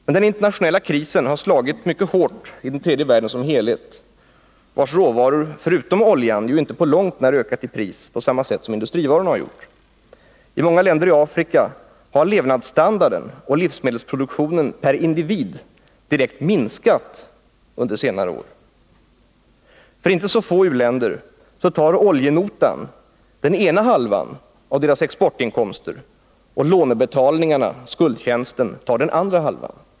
Men den internationella krisen har slagit mycket hårt i den tredje världen som helhet, vars råvaror — förutom oljan — ju inte på långt när ökat i pris på samma sätt som industrivarorna har gjort. I många länder i Afrika har levnadsstandarden och livsmedelsproduktionen per individ minskat under senare år. För inte så få u-länder tar oljenotan den ena halvan av deras exportinkomster och lånebetalningarna, skuldtjänsten, tar den andra halvan.